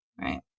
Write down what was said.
right